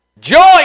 Joy